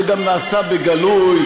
זה גם נעשה בגלוי,